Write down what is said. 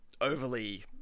overly